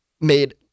made